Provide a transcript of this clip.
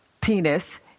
penis